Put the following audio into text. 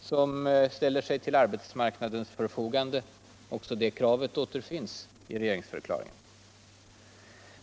som ställer sig till arbetsmarknadens förfogande. Också det kravet återfinns i regeringsförklaringen.